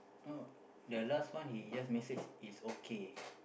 oh the last one he just message is okay